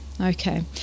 Okay